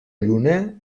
lluna